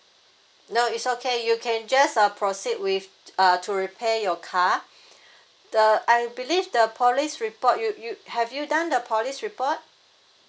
no it's okay you can just uh proceed with uh to repair your car the I believe the police report you you have you done the police report